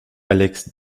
alex